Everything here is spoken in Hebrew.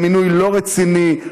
זה מינוי לא רציני,